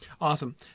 awesome